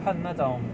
喷那种